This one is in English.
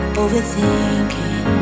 overthinking